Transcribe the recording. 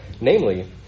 namely